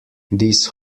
these